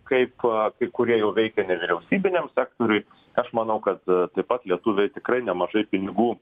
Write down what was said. kaip kai kurie jau veikia nevyriausybiniam sektoriui aš manau kad taip pat lietuviai tikrai nemažai pinigų